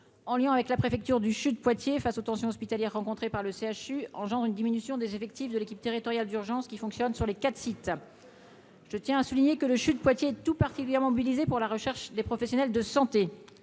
en lien avec la préfecture du CHU de Poitiers, face aux tensions hospitalières rencontrés par le CHU engendre une diminution des effectifs de l'équipe territoriale d'urgence qui fonctionne sur les 4 sites. Je tiens à souligner que le CHU de Poitiers, tout particulièrement mobilisés pour la recherche des professionnels de santé